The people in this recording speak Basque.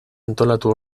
antolatu